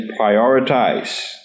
prioritize